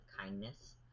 kindness